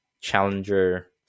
Challenger